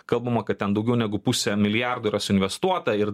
kalbama kad ten daugiau negu pusę milijardo yra suinvestuota ir